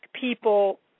people